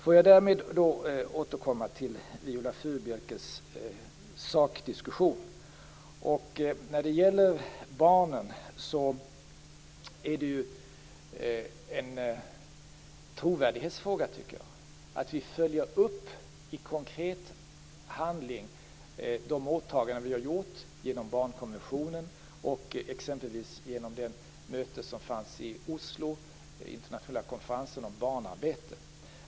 Får jag därmed återkomma till Viola Furubjelkes sakdiskussion. När det gäller barnen är det ju en trovärdighetsfråga, tycker jag, att vi i konkret handling följer upp de åtaganden vi har gjort genom barnkonventionen och genom exempelvis det möte som var i Oslo, internationella konferensen om barnarbete.